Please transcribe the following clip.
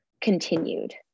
continued